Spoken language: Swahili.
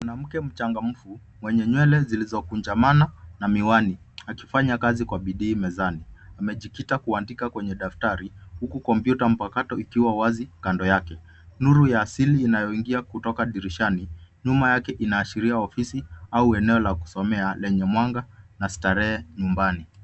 Mwanamke mchangamfu mwenye nywele zilizokunjamana na miwani, akifanya kazi kwa bidii mezani. Amejikita kuandika kwenye daftari, huku kompyuta mpakato ikiwa wazi kando yake. Nuru ya asili inayoingia kutoka dirishani, nyuma yake inaashiria ofisi au eneo la kusomea lenye mwanga na starehe nyumbani.